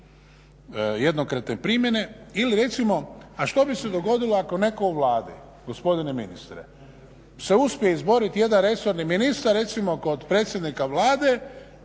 jednokratne primjene. Ili recimo, a što bi se dogodilo ako netko u Vladi gospodine ministre se uspije izboriti, jedan resorni ministar recimo kod predsjednika Vlade